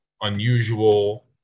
unusual